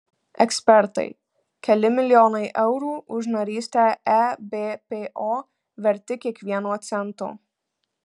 ekspertai keli milijonai eurų už narystę ebpo verti kiekvieno cento